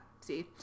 See